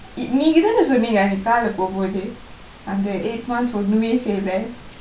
it it நீங்க தான சொன்னிங்க அந்த:neengka thaana sonningka andtha car போமோது அந்த:pomothu andtha eight months ஒன்னு செய்யல:onnu seiyala